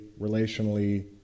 relationally